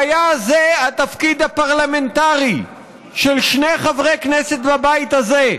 והיה זה התפקיד הפרלמנטרי של שני חברי כנסת בבית הזה,